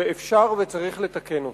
ואפשר וצריך לתקן אותה.